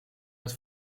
met